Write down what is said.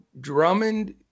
Drummond